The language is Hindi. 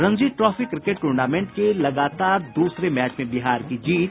रणजी ट्रॉफी क्रिकेट टूर्नामेंट के लगातार द्रसरे मैच में बिहार की जीत